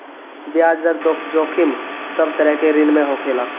बियाज दर जोखिम सब तरह के ऋण में होखेला